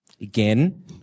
again